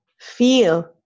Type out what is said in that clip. feel